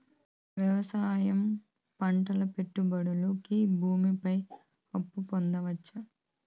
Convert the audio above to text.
వ్యవసాయం పంటల పెట్టుబడులు కి భూమి పైన అప్పు పొందొచ్చా?